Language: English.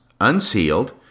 unsealed